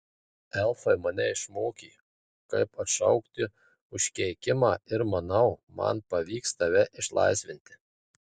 elfai mane išmokė kaip atšaukti užkeikimą ir manau man pavyks tave išlaisvinti